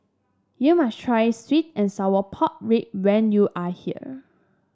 you must try sweet and Sour Pork rib when you are here